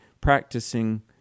practicing